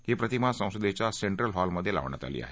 ही प्रतिमा संसदेच्या सेंट्रल हॉलमध्ये लावण्यात आली आहे